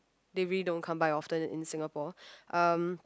they really don't come by often in Singapore um